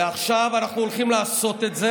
ועכשיו אנחנו הולכים לעשות את זה.